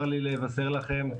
צר לי לבשר לכם,